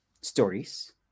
stories